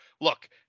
look